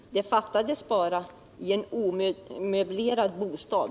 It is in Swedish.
— Hur skulle det se ut, i en omöblerad bostad?